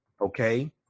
okay